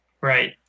Right